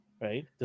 right